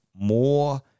more